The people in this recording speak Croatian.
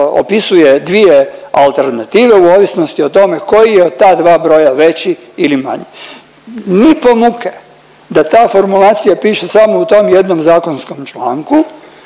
opisuje dvije alternative u ovisnosti o tome koji je od ta dva broja veći ili manji. Ni po muke da ta formulacija piše samo u tom jednom zakonskom članku